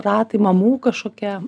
ratai mamų kažkokia